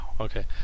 Okay